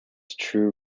true